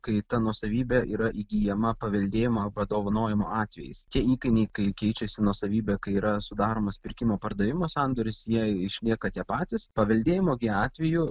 kai ta nuosavybė yra įgyjama paveldėjimo arba padovanojimo atvejais tie įkainiai kai keičiasi nuosavybė kai yra sudaromas pirkimo pardavimo sandoris jei išlieka tie patys paveldėjimo gi atveju